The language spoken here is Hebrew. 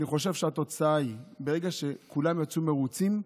שאני חושב שהתוצאה היא שברגע שכולם יצאו מרוצים,